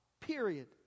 period